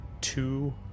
two